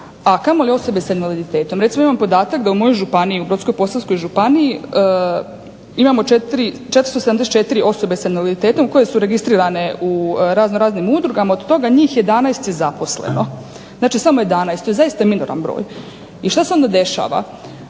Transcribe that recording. a kamoli osobe s invaliditetom. Recimo imam podatak da u mojoj županiji, u Brodsko-posavskoj županiji imamo 474 osobe s invaliditetom koje su registrirane u raznoraznim udrugama, od toga je njih 11 zaposleno. Znači samo 11, to je zaista minoran broj. I što se onda dešava,